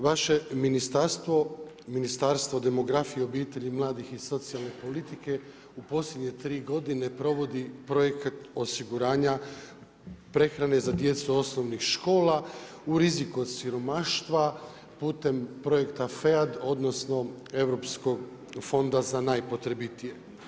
Vaše ministarstvo Ministarstvo demografije, obitelji mladih i socijalne politike u posljednje tri godine provodi projekat osiguranja prehrane za djecu osnovnih škola u riziku od siromaštva putem Projekta FEAD odnosno Europskog fonda za najpotrebitije.